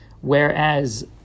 Whereas